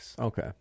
Okay